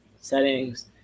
settings